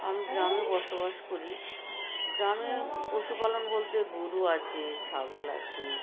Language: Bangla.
আমি গ্রামে বসবাস করি গ্রামে পশুপালন বলতে গরু আছে ছাগল আছে